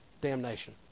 damnation